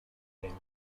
elenco